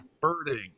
Birding